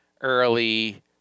early